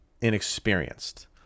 inexperienced